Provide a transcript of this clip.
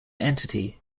entity